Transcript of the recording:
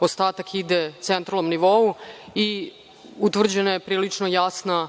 ostatak ide centralnom nivou i utvrđena je prilično jasna